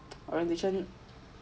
orientation